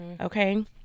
Okay